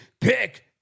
pick